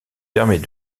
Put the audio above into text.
permet